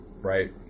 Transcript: right